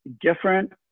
different